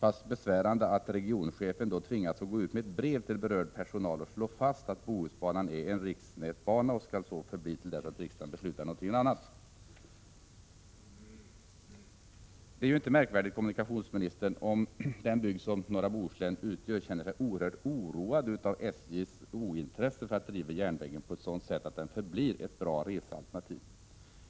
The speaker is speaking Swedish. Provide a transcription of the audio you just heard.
pass besvärande att regionchefen tvingades gå ut med ett brev till berörd personal och slå fast att Bohusbanan är en riksnätsbana och skall så förbli till dess att riksdagen beslutar något annat. Det är ju inte märkvärdigt, kommunikationsministern, om den bygd som norra Bohuslän utgör känner sig oerhört oroad av SJ:s ointresse för att driva järnvägen på ett sådant sätt att den förblir ett bra resealternativ.